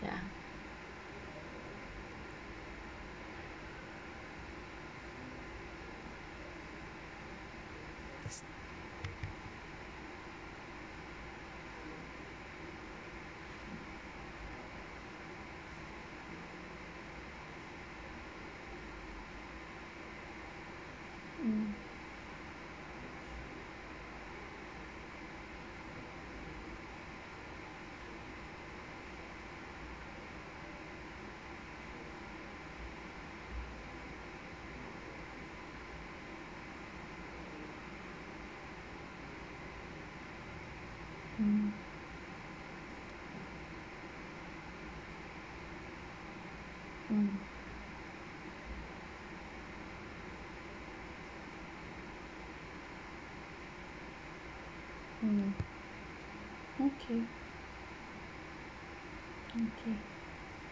ya mm mm mm mm okay okay